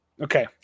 Okay